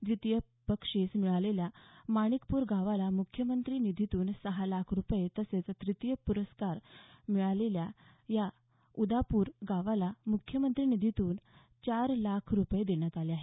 द्वितीय बक्षीस मिळालेल्या माणिकपूर गावाला मुख्यमंत्री निधीतून सहा लाख रुपये तसेच तृतीय बक्षीस मिळालेल्या या उदापूर गावाला मुख्यमंत्री निधीतून चार लाख रुपये देण्यात आले आहे